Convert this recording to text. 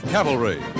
Cavalry